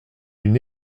une